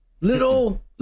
little